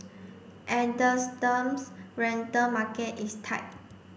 rental market is tight